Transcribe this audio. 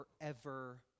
forever